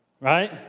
right